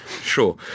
Sure